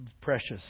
precious